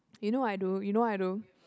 you know I do you know I do